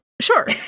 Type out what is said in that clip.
sure